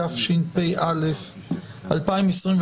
התשפ"א-2021,